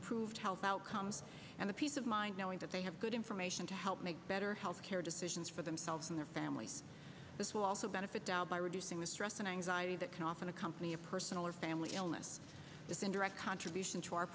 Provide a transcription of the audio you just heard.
improved health outcomes and the peace of mind knowing that they have good information to help make better health care decisions for themselves and their families this will also benefit doubt by reducing the stress and anxiety that can often accompany a personal or family illness within direct contribution to our